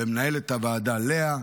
ולמנהלת הוועדה לאה,